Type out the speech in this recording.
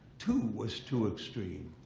too, was too extreme.